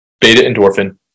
beta-endorphin